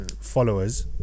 followers